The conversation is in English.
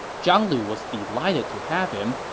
zhang lu was delighted to have him,